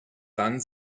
dann